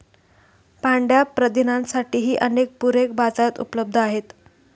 पांढया प्रथिनांसाठीही अनेक पूरके बाजारात उपलब्ध आहेत